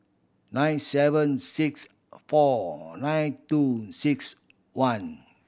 nine seven six four nine two six one